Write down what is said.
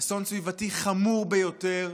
אסון סביבתי חמור ביותר.